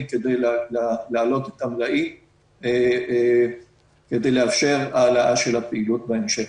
כדי להעלות את המלאים כדי לאפשר העלאה של הפעילות בהמשך.